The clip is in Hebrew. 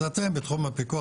אז אתם בתחום הפיקוח,